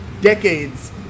decades